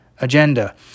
agenda